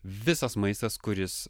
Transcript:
visas maistas kuris